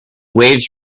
waves